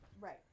Right